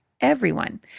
everyone